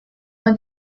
want